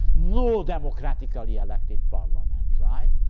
no democratically elected parliament. right?